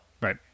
Right